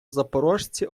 запорожці